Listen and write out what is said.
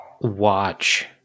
watch